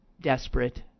desperate